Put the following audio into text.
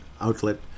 outlet